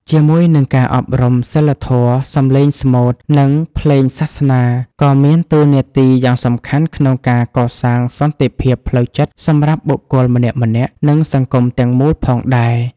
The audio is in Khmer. ជាមួយនឹងការអប់រំសីលធម៌ សម្លេងស្មូត និងភ្លេងសាសនាក៏មានតួនាទីយ៉ាងសំខាន់ក្នុងការកសាងសន្តិភាពផ្លូវចិត្តសម្រាប់បុគ្គលម្នាក់ៗ និងសង្គមទាំងមូលផងដែរ។